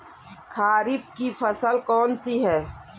खरीफ की फसल कौन सी है?